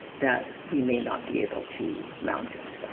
that we may not be able to mount it.